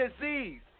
Disease